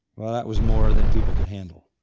well that was more than people could handle.